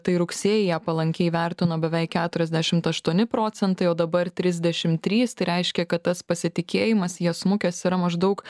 tai rugsėjį ją palankiai vertino beveik keturiasdešimt aštuoni procentai o dabar trisdešimt trys tai reiškia kad tas pasitikėjimas ja smukęs yra maždaug